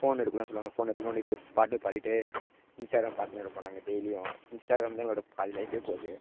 phone எடுக்க கூடாதுன்னு சொல்லுவாங்க ஃபோன் எடுத்து நோண்டிகிட்டு பாட்டு பாடிகிட்டு இன்ஸ்டாகிராம் பார்த்துன்னு இருப்போம் நாங்கள் டெய்லியும் இன்ஸ்டாகிராம் தான் எங்களோடய பாதி லைஃபே போகுது